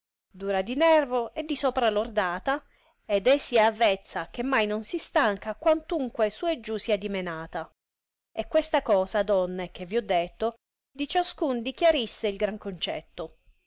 dura di nervo e di sopra lordata ed è si avvezza che mai non si stanca quantunque su e giù sia dimenata e questa cosa donne che vi ho detto di ciascun dichiarisse il gran concetto